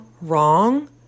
wrong